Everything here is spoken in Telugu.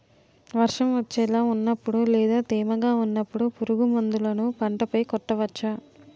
వర్షం వచ్చేలా వున్నపుడు లేదా తేమగా వున్నపుడు పురుగు మందులను పంట పై కొట్టవచ్చ?